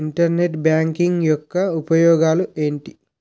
Internet banking యెక్క ఉపయోగాలు ఎంటి?